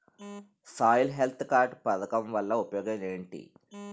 Soil health card పథకం వల్ల ఉపయోగం ఏంటి?